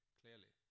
clearly